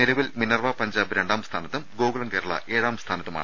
നിലവിൽ മിനർവ പഞ്ചാബ് രണ്ടാംസ്ഥാനത്തും ഗോകുലം കേരള ഏഴാംസ്ഥാനത്തുമാണ്